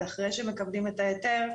אחרי שמקבלים את ההיתר,